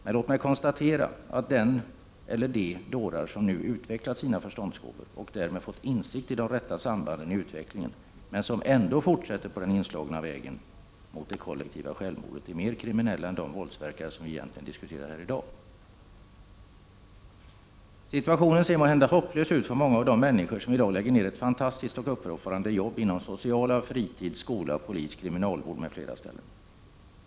Men låt mig konstatera, att den eller de dårar som nu utvecklat sina förståndsgåvor — och därmed fått insikt i de rätta sambanden i utvecklingen — men som ändå fortsätter på den inslagna vägen mot det kollektiva självmordet, är mer kriminella än de våldsverkare som vi egentligen diskuterar i dag. Situationen ser måhända hopplös ut för många av de människor som i dag lägger ner ett fantastiskt och uppoffrande jobb inom det sociala, fritid, skola, polis, kriminalvård, m.fl. ställen.